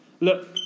Look